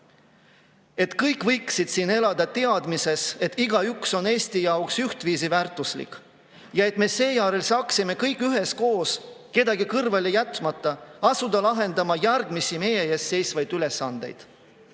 Et kõik võiksid siin elada teadmises, et igaüks on Eesti jaoks ühtviisi väärtuslik ja et me seejärel saaksime kõik üheskoos kedagi kõrvale jätmata asuda lahendama järgmisi meie ees seisvaid ülesandeid.